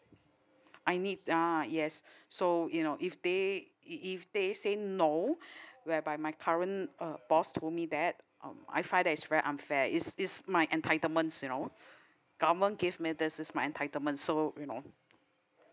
I need ah yes so you know if they if they say no whereby my current uh boss told me that um I find that is very unfair it's it's my entitlements you know government give me this my entitlement so you know